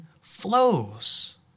flows